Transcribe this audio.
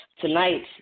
Tonight